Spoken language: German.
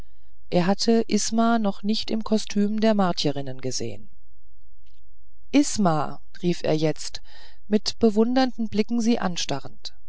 er hatte isma noch nicht im kostüm der martierinnen gesehen isma rief er jetzt mit bewundernden blicken sie anstarrend